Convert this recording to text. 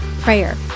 prayer